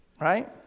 Right